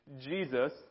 Jesus